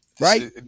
right